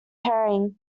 herring